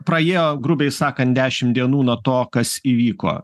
praėjo grubiai sakant dešim dienų nuo to kas įvyko